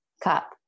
cup